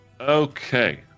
Okay